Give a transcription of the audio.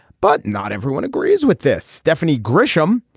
but not everyone agrees with this stephanie grisham.